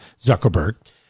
Zuckerberg